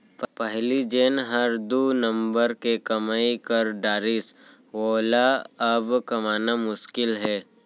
पहिली जेन हर दू नंबर के कमाई कर डारिस वोला अब कमाना मुसकिल हे